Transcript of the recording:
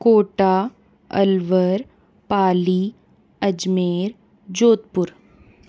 Kota Alwar Pali Ajmer Jodhpur